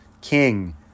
king